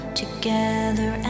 together